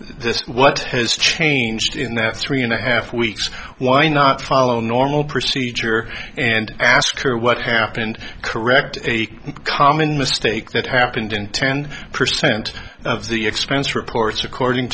this what has changed in that three and a half weeks why not follow normal procedure and ask her what happened correct a common mistake that happened in ten percent of the expense reports according